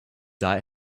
die